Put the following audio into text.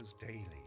daily